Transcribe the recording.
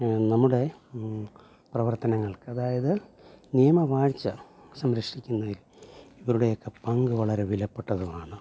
നമ്മുടെ പ്രവർത്തനങ്ങൾക്ക് അതായത് നിയമ വാഴ്ച്ച സംരക്ഷിക്കുന്നതിൽ ഇവരുടെയൊക്കെ പങ്ക് വളരെ വിലപ്പെട്ടതുമാണ്